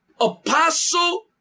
apostle